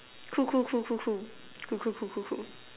cool cool cool cool cool cool cool cool cool cool